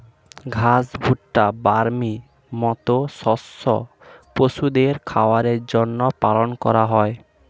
ঘাস, ভুট্টা, বার্লির মত শস্য পশুদের খাবারের জন্যে ফলন করা হয়